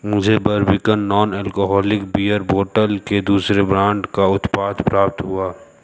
मुझे Barbican non alcoholic beer bottle के दूसरे ब्रांड का उत्पाद प्राप्त हुआ